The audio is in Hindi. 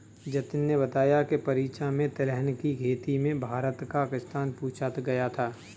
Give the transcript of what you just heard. जतिन ने बताया की परीक्षा में तिलहन की खेती में भारत का स्थान पूछा गया था